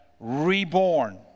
Reborn